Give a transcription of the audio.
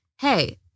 Hey